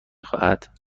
خواهد